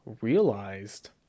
realized